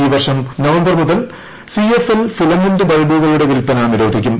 ഈ വർഷം നവംബർ മുതൽ സിഎഫ്എൽ ഫിലമെന്റ് ബൾബുകളുടെ വിൽപന നിരോധിക്കും